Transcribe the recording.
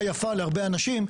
קדירה יפה להרבה אנשים.